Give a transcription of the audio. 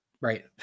right